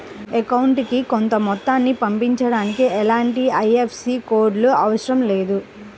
అకౌంటుకి కొంత మొత్తాన్ని పంపించడానికి ఎలాంటి ఐఎఫ్ఎస్సి కోడ్ లు అవసరం లేదు